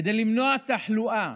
כדי למנוע תחלואה,